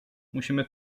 musimy